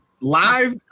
live